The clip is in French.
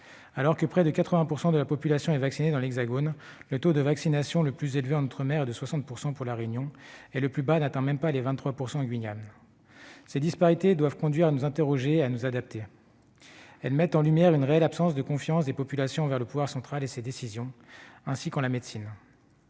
Alors que près de 80 % de la population est vaccinée dans l'Hexagone, le taux de vaccination le plus élevé en outre-mer est de 60 % pour La Réunion et le plus bas n'atteint même pas 23 % en Guyane. Ces disparités doivent conduire à nous interroger et à nous adapter. Elles mettent en lumière une réelle absence de confiance des populations envers le pouvoir central et ses décisions, ainsi qu'en la médecine.